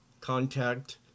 contact